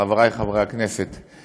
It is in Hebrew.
חבריי חברי הכנסת,